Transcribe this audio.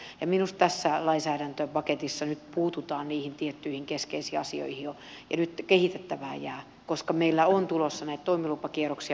ja minusta tässä lainsäädäntöpaketissa nyt puututaan niihin tiettyihin keskeisiin asioihin jo ja nytten kehitettävää jää koska meillä on tulossa näitä toimilupakierroksia maakunnallisia kierroksia